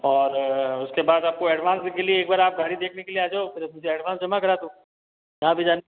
और उसके बाद आपको एडवांस बुक के लिए एक बार आप गाड़ी देखने के लिए आ जाओ मुझे ऐड्वैन्स जमा करवा दो